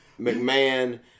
McMahon